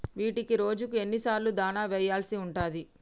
వీటికి రోజుకు ఎన్ని సార్లు దాణా వెయ్యాల్సి ఉంటది?